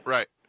Right